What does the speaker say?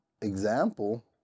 example